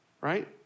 Right